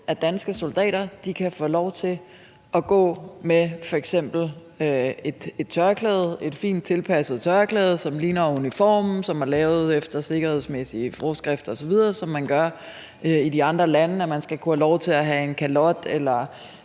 at danske soldater kan få lov til at gå med f.eks. et tørklæde, et fint tilpasset tørklæde, som ligner uniformen, og som er lavet efter sikkerhedsmæssige forskrifter osv., ligesom man gør i andre lande, sådan at man kan få lov til at have en kalot eller